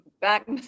back